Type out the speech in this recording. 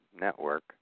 network